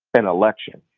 an election,